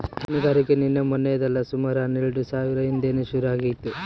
ಹೈನುಗಾರಿಕೆ ನಿನ್ನೆ ಮನ್ನೆದಲ್ಲ ಸುಮಾರು ಹನ್ನೆಲ್ಡು ಸಾವ್ರ ಹಿಂದೇನೆ ಶುರು ಆಗಿತ್ತು